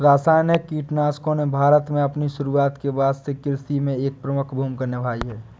रासायनिक कीटनाशकों ने भारत में अपनी शुरूआत के बाद से कृषि में एक प्रमुख भूमिका निभाई हैं